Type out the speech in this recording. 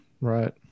Right